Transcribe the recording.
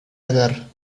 agar